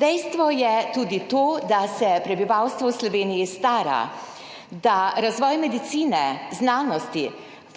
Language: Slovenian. Dejstvo je tudi to, da se prebivalstvo v Sloveniji stara, da razvoj medicine, znanosti,